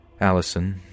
Allison